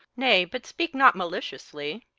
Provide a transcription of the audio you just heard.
nay, but speak not maliciously.